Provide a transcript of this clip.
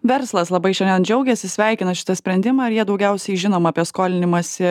verslas labai šiandien džiaugiasi sveikina šitą sprendimą ir jie daugiausiai žinoma apie skolinimąsi